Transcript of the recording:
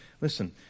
listen